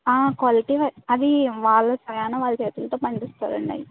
quality అది వాళ్ళ స్వయానా వాళ్ళ చేతులతో పండిస్తారు అండి అవి